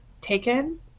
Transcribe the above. taken